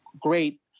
great